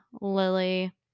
lily